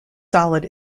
solid